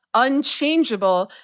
unchangeable,